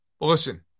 Listen